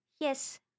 yes